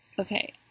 Okay